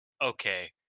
okay